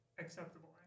acceptable